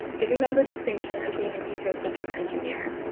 giving them the distinction of being an ecosystem engineer.